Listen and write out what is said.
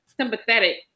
sympathetic